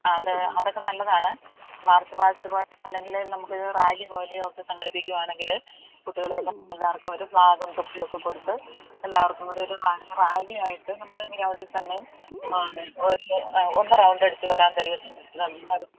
ആ അത് അതൊക്കെ നല്ലതാണ് മാർച്ച് ഫാസ്റ്റ് അല്ലെങ്കിൽ നമുക്കൊരു റാലി പോലെയൊക്കെ സംഘടിപ്പിക്കുകയാണെങ്കില് കുട്ടികളെല്ലാം എല്ലാവർക്കും ഒരു ഭാഗം തൊപ്പിയൊക്കെ കൊടുത്ത് എല്ലാവർക്കും കൂടിയൊരു റാലി ആയിട്ട് നമ്മുടെ ഗ്രൗണ്ടിൽത്തന്നെ ആ ഒരു ആ ഒന്ന് റൗണ്ട് അടിച്ചുവരാൻ തരത്തിൽ